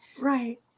Right